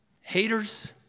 haters